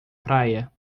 praia